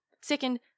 Second